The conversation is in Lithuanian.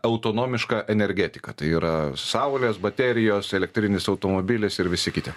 autonomiška energetika tai yra saulės baterijos elektrinis automobilis ir visi kiti